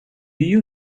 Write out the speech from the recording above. you